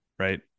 Right